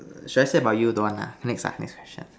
uh should I say about you don't want lah next ah next question